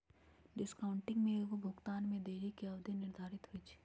discounting में भुगतान में देरी के अवधि निर्धारित होइ छइ